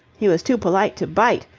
he was too polite to bite,